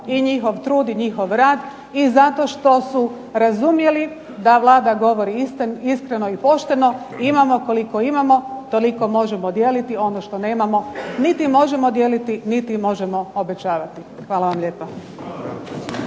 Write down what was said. I njihov trud i njihov rad i zato što su razumjeli da Vlada govori iskreno i pošteno, imamo koliko imamo, toliko možemo dijeliti. Ono što nemamo niti možemo dijeliti niti možemo obećavati. Hvala vam lijepa.